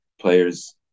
players